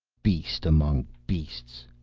beast among beasts,